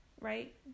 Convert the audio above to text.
right